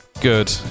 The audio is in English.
good